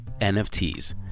NFTs